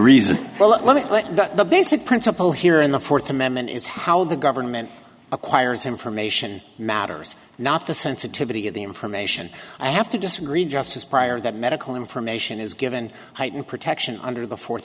let the basic principle here in the fourth amendment is how the government acquires information matters not the sensitivity of the information i have to disagree just as prior that medical information is given heightened protection under the fourth